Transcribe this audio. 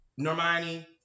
Normani